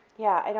yeah, and